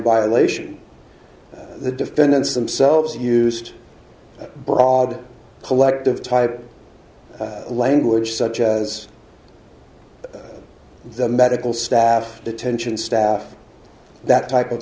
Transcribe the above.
violation the defendants themselves used broad collective type language such as the medical staff detention staff that type of